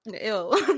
ill